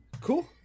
Cool